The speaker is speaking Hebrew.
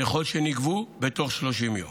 ככל שנגבו, בתוך 30 יום.